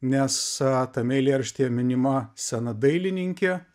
nes tame eilėraštyje minima sena dailininkė